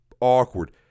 awkward